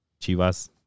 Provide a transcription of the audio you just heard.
Chivas